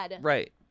Right